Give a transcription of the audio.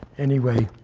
anyway,